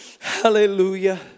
Hallelujah